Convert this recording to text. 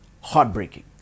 heartbreaking